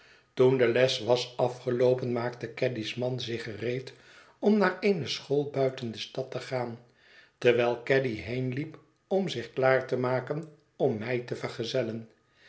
de les was afgeloopen maakte caddy's man zich gereed om naar eene school buiten de stad te gaan terwijl caddy heenliep om zich klaar te maken om mij te vergezellen